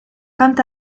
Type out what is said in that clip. quant